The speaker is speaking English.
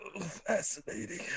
Fascinating